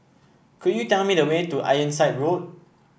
could you tell me the way to Ironside Road